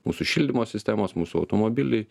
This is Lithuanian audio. mūsų šildymo sistemos mūsų automobiliai